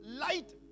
Light